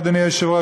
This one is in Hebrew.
אדוני היושב-ראש,